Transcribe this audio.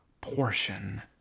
portion